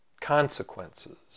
consequences